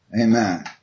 Amen